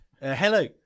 hello